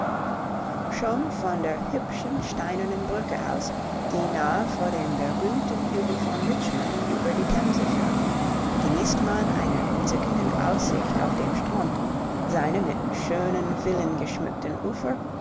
schon von der hübschen steinernen brücke aus die nahe vor dem berühmten hügel von richmond über die themse führt genießt man einer entzückenden aussicht auf dem strom seine mit schönen villen geschmückten ufer